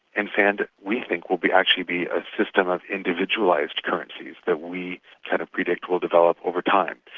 and sand we think will be actually be a system of individualised currencies that we kind of predict will develop over time.